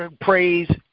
praise